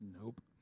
Nope